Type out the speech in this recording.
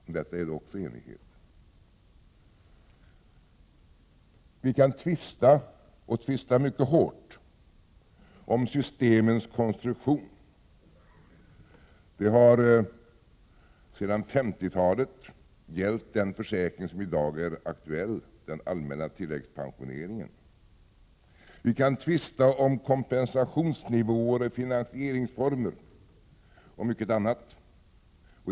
Om detta råder också enighet. Vi kan tvista, och tvista mycket hårt, om systemets konstruktion. Sedan 1950-talet har den försäkring som i dag är aktuell gällt — den allmänna tilläggspensioneringen. Vi kan tvista om kompensationsnivåer, finansieringsformer och mycket annat.